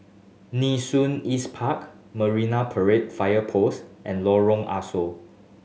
Nee Soon East Park Marine Parade Fire Post and Lorong Ah Soo